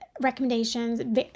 recommendations